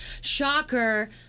shocker